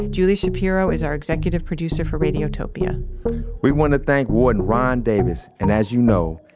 julie shapiro is our executive producer for radiotopia we wanna thank warden ron davis, and as you know,